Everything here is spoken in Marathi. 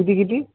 किती किती